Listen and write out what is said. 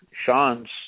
Sean's